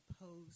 opposed